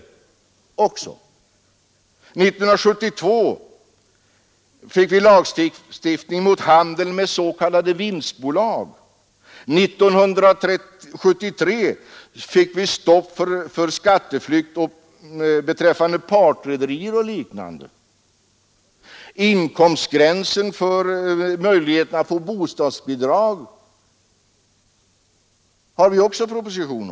År 1972 fick vi en lagstiftning mot handeln med s.k. vinstbolag, 1973 fick vi regler för att stoppa skatteflykt genom partrederier och liknande. Inkomstgränsen för bostadsbidrag har också justerats genom en proposition.